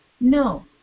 No